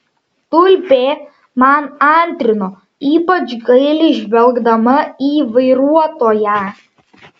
tulpė man antrino ypač gailiai žvelgdama į vairuotoją